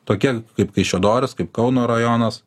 tokia kaip kaišiadorys kaip kauno rajonas